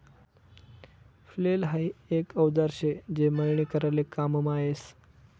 flail हाई एक औजार शे जे मळणी कराले काममा यस